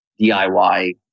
diy